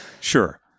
Sure